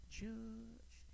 judge